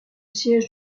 siège